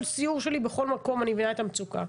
כל סיור שלי בכל מקום אני מבינה את המצוקה.